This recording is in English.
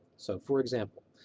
so, for example,